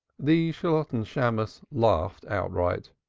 the shalotten shammos laughed outright.